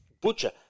butcher